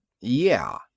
Yeah